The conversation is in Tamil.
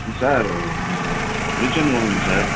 சார் இப்போ நான் ஃப்ரிட்ஜ் ஒன்று வாங்கணும் சார்